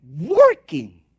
working